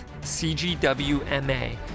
CGWMA